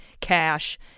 cash